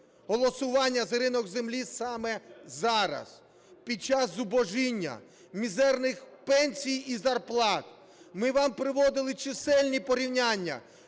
голосування за ринок землі саме зараз під час зубожіння, мізерних пенсій і зарплат. Ми вам приводили чисельні порівняння,